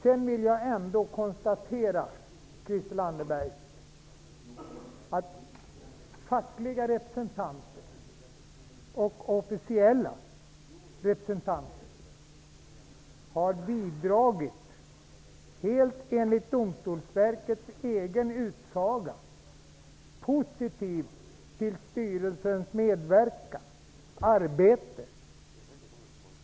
Jag vill ändå konstatera att fackliga och officiella representanter har bidragit positivt till styrelsens medverkan och arbete -- allt enligt Domstolsverkets egen utsago.